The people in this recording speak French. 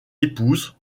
épouse